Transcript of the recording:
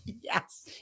Yes